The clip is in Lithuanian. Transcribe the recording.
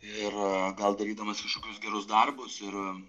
ir gal darydamas kažkokius gerus darbus ir